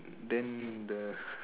then the